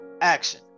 action